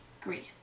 grief